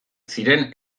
ziren